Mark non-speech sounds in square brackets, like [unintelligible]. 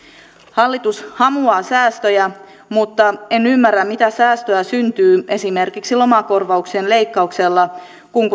hallitus hamuaa säästöjä mutta en ymmärrä mitä säästöä syntyy esimerkiksi lomakorvauksien leikkauksella kun [unintelligible]